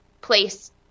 place